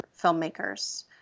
filmmakers